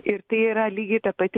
ir tai yra lygiai ta pati